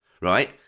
right